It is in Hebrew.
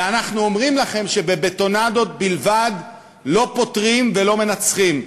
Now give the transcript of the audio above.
ואנחנו אומרים לכם שבבטונדות בלבד לא פותרים ולא מנצחים.